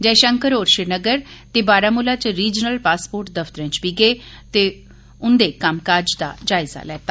जयशंकर होर श्रीनगर ते बारामूला च रिजनल पासपोर्ट दफतरै च बी गे ते उंदे कम्म काज दा जायज़ा लैता